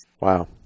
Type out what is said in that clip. wow